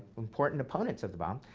important opponents of the bomb.